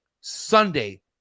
sunday